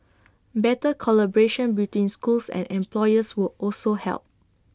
better collaboration between schools and employers would also help